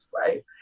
right